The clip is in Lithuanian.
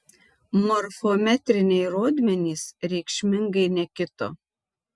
morfometriniai rodmenys reikšmingai nekito